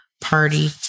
party